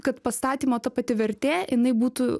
kad pastatymo ta pati vertė jinai būtų